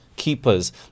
keepers